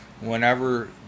Whenever